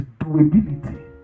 doability